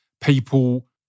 people